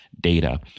data